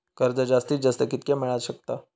कर्ज जास्तीत जास्त कितक्या मेळाक शकता?